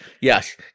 Yes